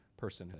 personhood